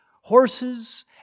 horses